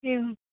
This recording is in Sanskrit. एवम्